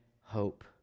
hope